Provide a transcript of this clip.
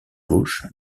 gauche